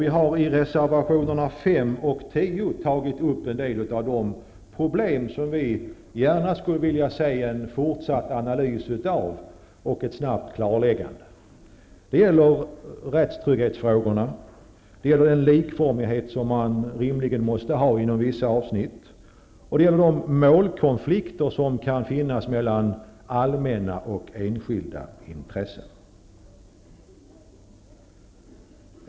Vi har i reservationerna 5 och 10 tagit upp en del av de problem som vi gärna skulle vilja se en fortsatt analys och ett snabbt klarläggande av. Det gäller rättstrygghetsfrågorna, den likformighet som man rimligen måste ha inom vissa avsnitt och de målkonflikter som kan uppstå mellan allmänna och enskilda intressen.